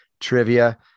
trivia